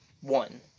One